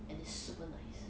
and it's super nice